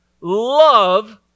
love